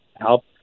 help